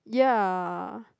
ya